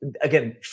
again